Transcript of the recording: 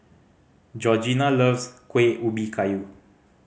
Georgina loves Kueh Ubi Kayu